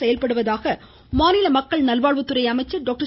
செயல்படுவதாக மாநில மக்கள்நல்வாழ்வுத்துறை அமைச்சர் டாக்டர்